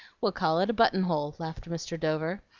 we'll call it a button-hole, laughed mr. dover.